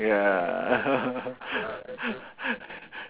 ya